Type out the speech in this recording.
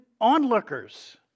onlookers